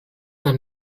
nam